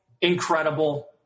incredible